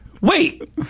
Wait